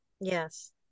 Yes